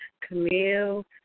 Camille